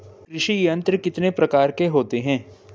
कृषि यंत्र कितने प्रकार के होते हैं?